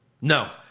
No